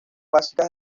básicas